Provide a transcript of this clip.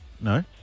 No